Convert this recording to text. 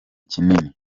kinini